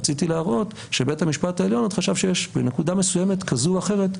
רציתי להראות שבית המשפט העליון עוד חשב בנקודה מסוימת כזו או אחרת,